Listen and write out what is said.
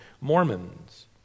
Mormons